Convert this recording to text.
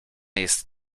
jest